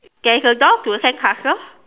there is a door to the sandcastle